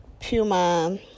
Puma